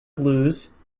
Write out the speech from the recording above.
blues